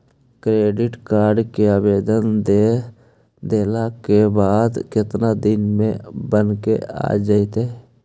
Credit card के आवेदन दे देला के बाद केतना दिन में बनके आ जइतै?